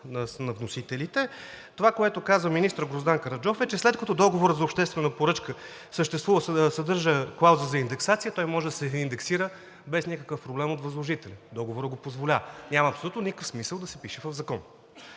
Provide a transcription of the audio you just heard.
на вносителите, а това, което казва министър Гроздан Караджов, е, че „след договорът за обществена поръчка съдържа клауза за индексация, той може да се реиндексира без никакъв проблем от възложителя“ – договорът го позволява, няма абсолютно никакъв смисъл да се пише в Закона.